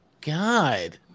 God